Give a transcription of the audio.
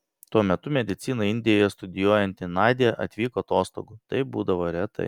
tuo metu mediciną indijoje studijuojanti nadia atvyko atostogų tai būdavo retai